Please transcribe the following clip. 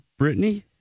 Britney